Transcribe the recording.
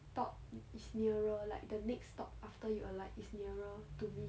stop it it's near like the next stop after you alight is nearer to me